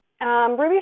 Ruby